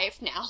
now